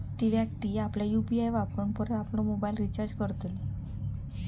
ती व्यक्ती आपल्या यु.पी.आय वापरून परत आपलो मोबाईल रिचार्ज करतली